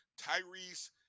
Tyrese